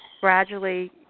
gradually